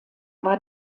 war